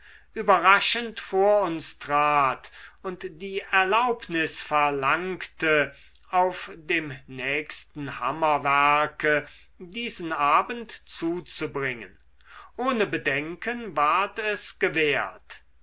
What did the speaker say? überraschend vor uns trat und die erlaubnis verlangte auf dem nächsten hammerwerke diesen abend zuzubringen ohne bedenken ward es gewährt